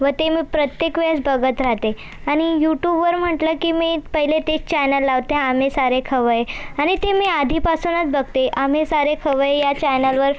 व ते मी प्रत्येक वेळेस बघत राहते आणि युटूबवर म्हटलं की मी पहिले ते चॅनल लावते आम्ही सारे खवय्ये आणि ते मी आधीपासूनच बघते आम्ही सारे खवय्ये ह्या चॅनलवर